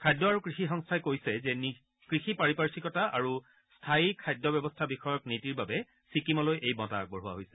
খাদ্য আৰু কৃষি সংস্থাই কৈছে যে কৃষি পাৰিপাৰ্শিকতা আৰু স্থায়ী খাদ্য ব্যৱস্থা বিষয়ক নীতিৰ বাবে ছিক্কিমলৈ এই বঁটা আগবঢ়োৱা হৈছে